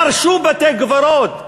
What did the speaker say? חרשו בתי-קברות,